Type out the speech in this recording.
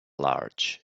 large